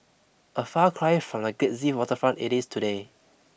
a far cry from the glitzy waterfront it is today